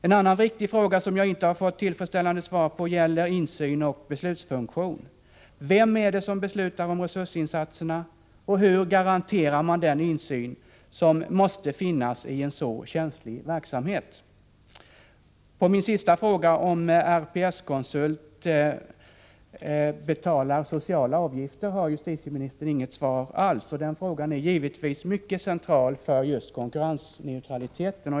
En annan viktig fråga som jag inte fått tillfredsställande svar på gäller insyn och beslutsfunktion. Vem är det som beslutar om resursinsatserna, och hur garanterar man den insyn som måste finnas i en så känslig verksamhet? På min sista fråga, om RPS-konsult betalar sociala avgifter, har justitieministern inget svar alls. Den frågan är givetvis mycket central för just konkurrensneutraliteten.